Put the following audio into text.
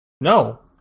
No